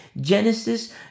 Genesis